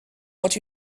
what